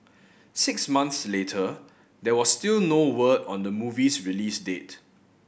six months later there was still no word on the movie's release date